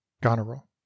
goneril